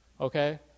okay